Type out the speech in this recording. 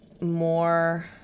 more